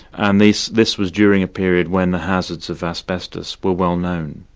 and this this was during a period when the hazards of asbestos were well known.